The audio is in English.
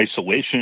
isolation